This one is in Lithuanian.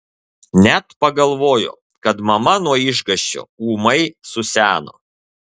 net pagalvojo kad mama nuo išgąsčio ūmai suseno